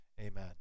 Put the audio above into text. Amen